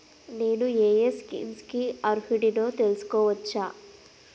నేను యే యే స్కీమ్స్ కి అర్హుడినో తెలుసుకోవచ్చా?